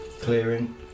clearing